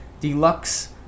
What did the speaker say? Deluxe